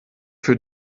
für